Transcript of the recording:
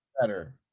better